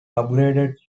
upgraded